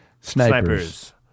snipers